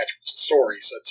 stories